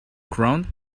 ground